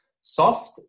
soft